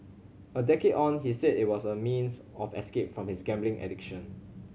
a decade on he said it was a means of escape from his gambling addiction